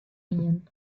ien